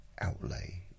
outlay